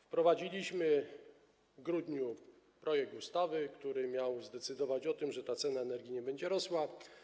Wprowadziliśmy w grudniu w życie projekt ustawy, który miał zdecydować o tym, że cena energii nie będzie rosła.